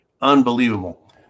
Unbelievable